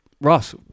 ross